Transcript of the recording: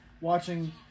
watching